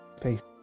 Face